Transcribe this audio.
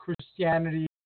Christianity